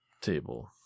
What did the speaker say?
table